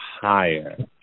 higher